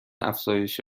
افزایش